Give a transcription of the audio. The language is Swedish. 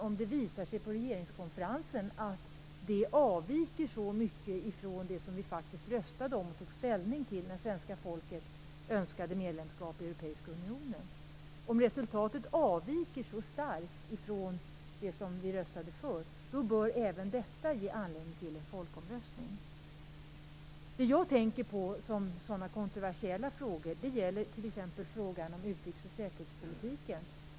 Om det visar sig på regeringskonferensen att resultatet avviker så mycket ifrån det som vi faktiskt röstade om och tog ställning till när svenska folket önskade medlemskap i Europeiska unionen, bör även detta ge anledning till en folkomröstning. Det jag tänker på som sådana kontroversiella frågor är t.ex. utrikes och säkerhetspolitiken.